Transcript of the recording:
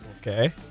Okay